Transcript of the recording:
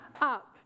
up